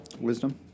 Wisdom